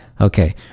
Okay